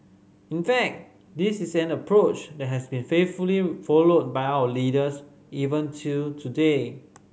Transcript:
in fact this is an approach that has been faithfully followed by our leaders even till today